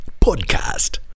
Podcast